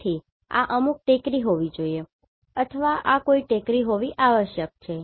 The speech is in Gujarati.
તેથી આ અમુક ટેકરી હોવી જ જોઇએ અથવા આ કોઈ ટેકરી હોવી આવશ્યક છે